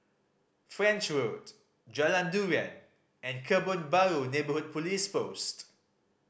French Road Jalan Durian and Kebun Baru Neighbourhood Police Post